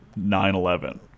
9-11